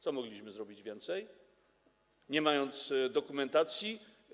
Co mogliśmy zrobić więcej, nie mając dokumentacji?